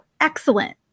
excellent